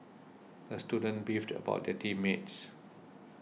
the student beefed about the team mates